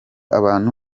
abantu